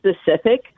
specific